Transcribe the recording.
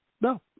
no